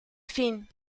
fin